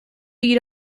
you